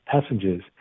passengers